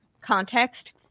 context